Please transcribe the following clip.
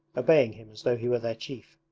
obeying him as though he were their chief.